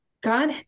God